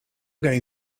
going